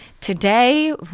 Today